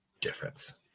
difference